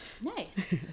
Nice